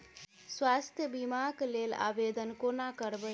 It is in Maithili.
स्वास्थ्य बीमा कऽ लेल आवेदन कोना करबै?